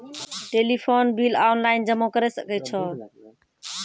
Telephone bill online जमा करै सकै छौ?